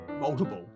multiple